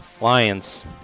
Lions